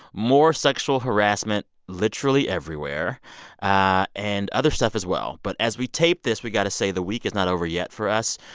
more sexual harassment literally everywhere ah and other stuff as well. but as we tape this, we got to say the week is not over yet for us.